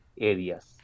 areas